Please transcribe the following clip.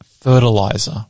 fertilizer